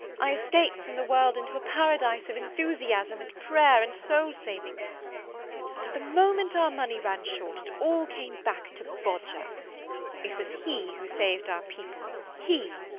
i escaped from the world into a paradise of enthusiasm and prayer and soul saving but the moment our money ran short, it all came back to bodger it was he who saved our people he,